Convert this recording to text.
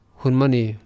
hunmani